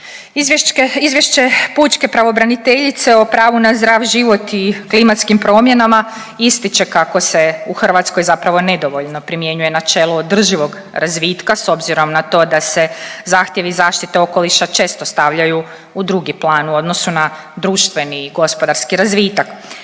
Izvješće pučke pravobraniteljice o pravu na zdrav život i klimatskim promjenama ističe kako se u Hrvatskoj zapravo nedovoljno primjenjuje načelo održivog razvitka s obzirom na to da se zahtjevi zaštite okoliša često stavljaju u drugi plan u odnosu na društveni i gospodarski razvitak.